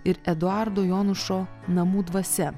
ir eduardo jonušo namų dvasia